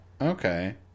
okay